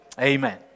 Amen